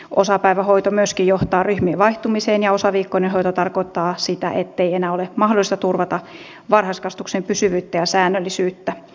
osapäivähoito myöskin johtaa ryhmien vaihtumiseen ja osaviikkoinen hoito tarkoittaa sitä ettei enää ole mahdollista turvata varhaiskasvatuksen pysyvyyttä ja säännöllisyyttä